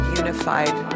unified